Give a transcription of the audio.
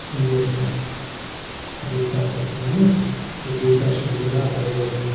सुँगुर छ दुईवटा छ सुँगुर त्यो दुईवटा सुँगुरलाई अब